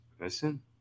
listen